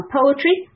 poetry